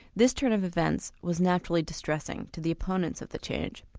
this turn of events was naturally distressing to the opponents of the change,